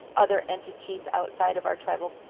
other entities outside of our tribal